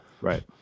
Right